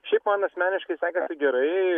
šiaip man asmeniškai sekasi gerai